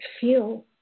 feel